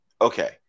okay